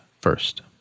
first